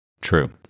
True